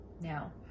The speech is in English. Now